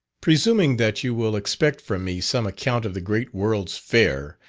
presuming that you will expect from me some account of the great world's fair,